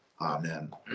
amen